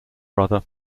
brother